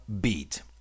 Beat